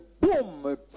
boom